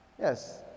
Yes